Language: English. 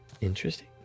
Interesting